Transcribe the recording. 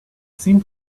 seemed